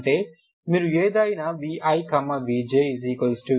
అంటే మీరు ఏదైనా vivj vi